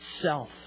self